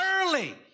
early